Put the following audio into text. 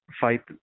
fight